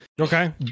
Okay